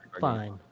Fine